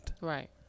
Right